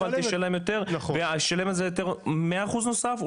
אבל תשלם יותר וזה מאה אחוז נוסף,